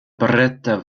berätta